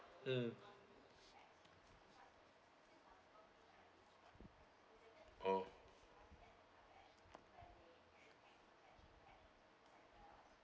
mm oh